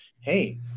hey